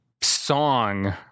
song